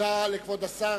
תודה לכבוד השר.